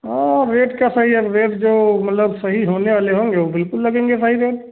और रेट क्या सही अब रेट जो मतलब सही होने वाले होंगे वो बिल्कुल लगेंगे सही रेट